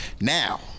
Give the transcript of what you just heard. Now